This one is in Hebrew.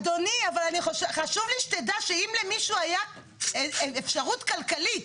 אדוני, חשוב לי שתדע שאם למישהו היה אפשרות כלכלית